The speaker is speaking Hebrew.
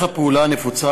דרך הפעולה הנפוצה,